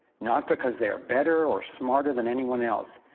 not because they are better or smarter than anyone else,